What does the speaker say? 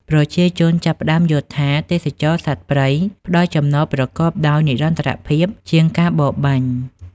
ប្រជាជនចាប់ផ្តើមយល់ថា ទេសចរណ៍សត្វព្រៃផ្តល់ចំណូលប្រកបដោយនិរន្តរភាពជាងការបរបាញ់។